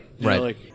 Right